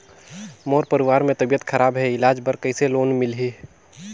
मोर परवार मे तबियत खराब हे इलाज बर कइसे लोन मिलही?